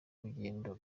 rugendo